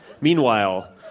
Meanwhile